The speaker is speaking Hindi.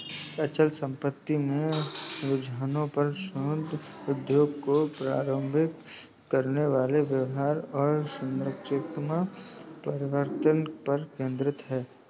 अचल संपत्ति के रुझानों पर शोध उद्योग को प्रभावित करने वाले व्यापार और संरचनात्मक परिवर्तनों पर केंद्रित है